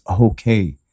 okay